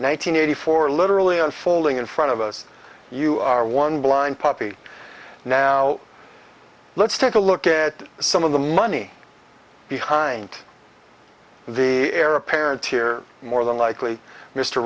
hundred eighty four literally unfolding in front of us you are one blind puppy now let's take a look at some of the money behind the heir apparent here more than likely mr